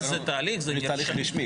אז תראו, אני עובד בבית חולים הדסה.